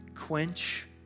Quench